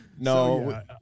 no